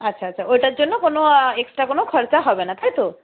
আচ্ছা আচ্ছা ওইটার জন্য কোনো এক্সট্রা কোনো খরচা হবে না তাই তো